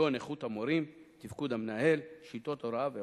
כגון איכות המורים, תפקוד המנהל ושיטות הוראה.